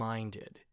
Minded